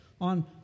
on